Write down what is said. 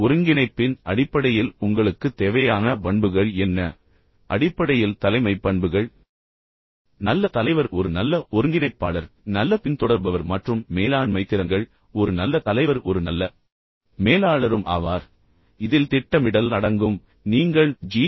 இப்போது ஒருங்கிணைப்பின் அடிப்படையில் உங்களுக்குத் தேவையான பண்புகள் என்ன அடிப்படையில் தலைமைப் பண்புகள் நல்ல தலைவர் ஒரு நல்ல ஒருங்கிணைப்பாளர் நல்ல பின்தொடர்பவர் மற்றும் மேலாண்மை திறன்கள் ஒரு நல்ல தலைவர் ஒரு நல்ல மேலாளரும் ஆவார் இதில் திட்டமிடல் அடங்கும் நீங்கள் ஜி